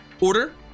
order